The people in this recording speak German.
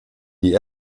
die